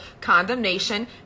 condemnation